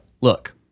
Look